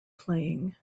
playing